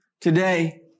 today